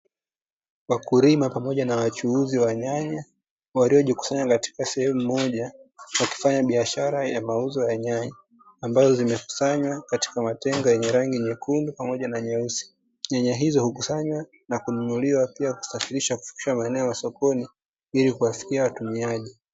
Wakulima pamoja na wachuuzi wa nyanya waliojikusanya katika sehemu moja na kufanya biashara ya mauzo ya nyanya ambazo zimekusanywa katika matenga yenye rangi nyekundu pamoja na nyeusi. Nyanya hizo hukusanywa na kununuliwa, pia kusafirisha kufikishwa maeneo ya sokoni ili kuwafikia watumiaji.